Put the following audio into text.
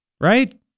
Right